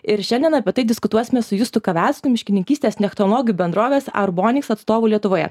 ir šiandien apie tai diskutuosime su justu kavecku miškininkystės technologijų bendrovės arbonics atstovu lietuvoje